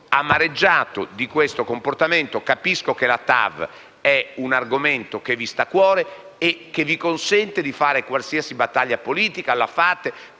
amareggiato per questo comportamento. Capisco che la TAV è un argomento che vi sta a cuore e che vi consente di fare qualsiasi battaglia politica. Le fate